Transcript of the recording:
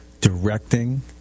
directing